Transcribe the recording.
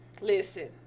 Listen